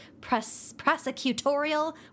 prosecutorial